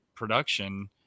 production